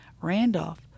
Randolph